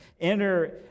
enter